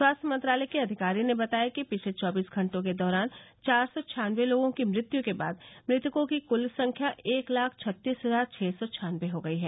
स्वास्थ्य मंत्रालय के अधिकारी ने बताया कि पिछले चौबीस घंटों के दौरान चार सौ छानबे लोगों की मृत्यू के बाद मृतकों की कृल संख्या एक लाख छत्तीस हजार छह सौ छानबे हो गई है